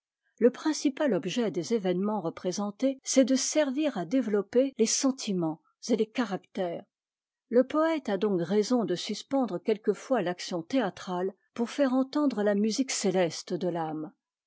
le principal objet des événements représentés c'est de servir à développer les sentiments et les caractères le poëte a donc raison de suspendre quelquefois l'action théâtrale pour faire entendce la musique céleste de l'âme